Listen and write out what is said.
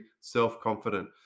self-confident